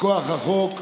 מכוח החוק,